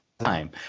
time